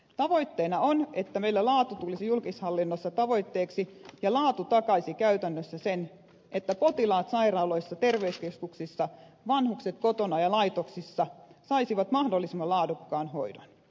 tavoitteena on että meillä laatu tulisi julkishallinnossa tavoitteeksi ja laatu takaisi käytännössä sen että potilaat sairaaloissa ja terveyskeskuksissa sekä vanhukset kotona ja laitoksissa saisivat mahdollisimman laadukkaan hoidon